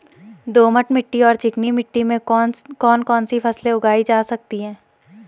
दोमट मिट्टी और चिकनी मिट्टी में कौन कौन सी फसलें उगाई जा सकती हैं?